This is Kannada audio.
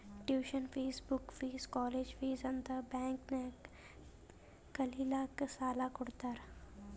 tuition fees, book fees, college fees ಅಂತ್ ಬ್ಯಾಂಕ್ ನಾಗ್ ಕಲಿಲ್ಲಾಕ್ಕ್ ಸಾಲಾ ಕೊಡ್ತಾರ್